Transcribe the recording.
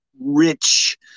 rich